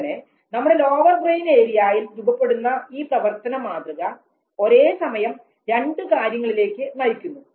ഇങ്ങനെ നമ്മുടെ lower brain ഏരിയയിൽ രൂപപ്പെടുന്ന ഈ പ്രവർത്തന മാതൃക ഒരേ സമയം രണ്ട് കാര്യങ്ങളിലേക്ക് നയിക്കുന്നു